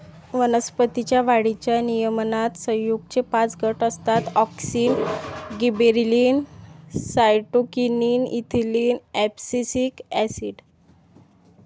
वनस्पतीं च्या वाढीच्या नियमनात संयुगेचे पाच गट असतातः auxin, gibberellin, cytokinin, ethylene, abscisic acid